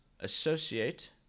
associate